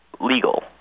legal